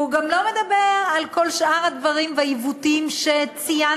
הוא גם לא מדבר על כל שאר הדברים והעיוותים שציינת,